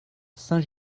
saint